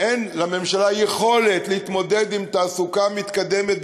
אין לממשלה יכולת להתמודד עם תעסוקה מתקדמת,